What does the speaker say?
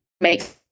make